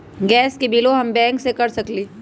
Gas के बिलों हम बैंक से कैसे कर सकली?